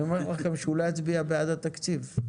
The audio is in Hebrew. אני אומר לכם שהוא לא יצביע בעד התקציב.